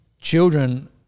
children